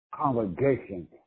congregation